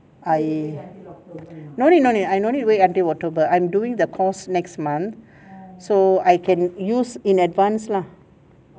I no need no need I no need wait until october I doing the course next month so I can use in advance lah